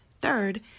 Third